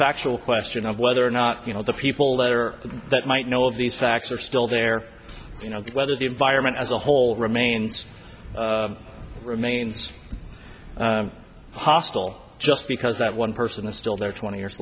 factual question of whether or not you know the people that are that might know of these facts are still there whether the environment as a whole remains remains hostile just because that one person is still there twenty years